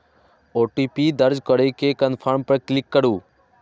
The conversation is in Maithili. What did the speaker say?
ओ.टी.पी दर्ज करै के कंफर्म पर क्लिक करू